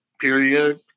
period